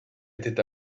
était